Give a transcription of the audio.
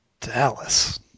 Dallas